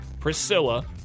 Priscilla